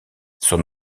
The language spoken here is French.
son